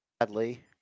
sadly